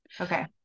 Okay